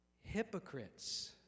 hypocrites